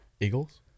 Eagles